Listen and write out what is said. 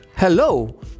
Hello